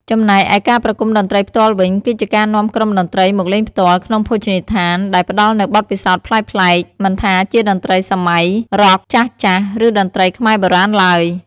ចំណែកឯការប្រគុំតន្ត្រីផ្ទាល់វិញ គឺជាការនាំក្រុមតន្ត្រីមកលេងផ្ទាល់ក្នុងភោជនីយដ្ឋាន ដែលផ្ដល់នូវបទពិសោធន៍ប្លែកៗ មិនថាជាតន្ត្រីសម័យ រ៉ក់ ចាស់ៗ ឬតន្ត្រីខ្មែរបុរាណឡើយ ។